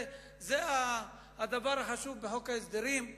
אני מוכרח לומר,